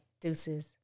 Deuces